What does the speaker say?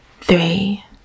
three